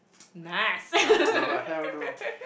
no no hell no